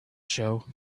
show